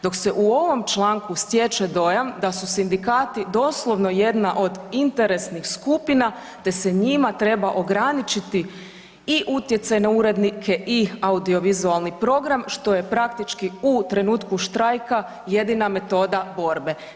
Dok se u ovom članku stječe dojam da su sindikati doslovno jedna od interesnih skupina te se njima treba ograničiti i utjecaj na urednike i audio vizualni program što je praktički u trenutku štrajka jedina metoda borbe.